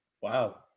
wow